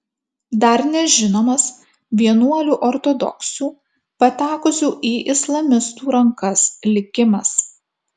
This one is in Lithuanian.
dar nežinomas vienuolių ortodoksių patekusių į islamistų rankas likimas